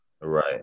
right